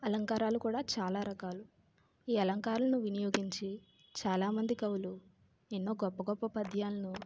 అలంకారాలు కూడా చాలా రకాలు ఈ అలంకారాలను వినియోగించి చాలామంది కవులు ఎన్నో గొప్ప గొప్ప పద్యాలను